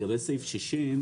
לגבי סעיף 60,